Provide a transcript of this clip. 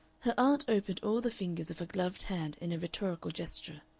her aunt opened all the fingers of her gloved hand in a rhetorical gesture.